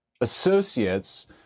associates